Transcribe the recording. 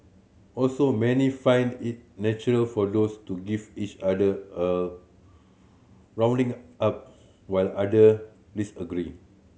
also many find it natural for those to give each other a roughening up while other disagree